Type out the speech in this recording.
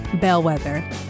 Bellwether